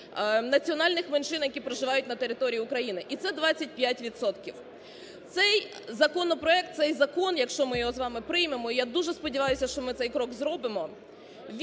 національних меншин, які проживають на території України. І це 25 відсотків. Цей законопроект, цей закон, якщо ми його з вами приймемо, я дуже сподіваюсь, що ми цей крок зробимо,